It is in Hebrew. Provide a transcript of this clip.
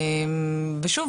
שוב,